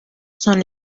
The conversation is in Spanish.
son